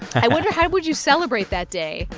i wonder, how would you celebrate that day?